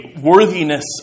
worthiness